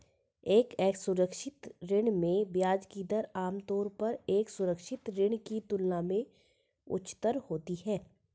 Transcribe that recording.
एक असुरक्षित ऋण में ब्याज की दर आमतौर पर एक सुरक्षित ऋण की तुलना में उच्चतर होती है?